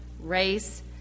race